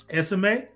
sma